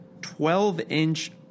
12-inch